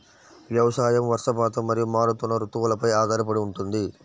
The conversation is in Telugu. వ్యవసాయం వర్షపాతం మరియు మారుతున్న రుతువులపై ఆధారపడి ఉంటుంది